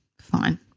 Fine